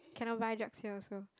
cannot buy drugs here also